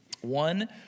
One